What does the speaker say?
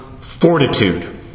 fortitude